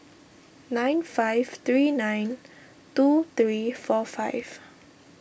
nine five three nine two three four five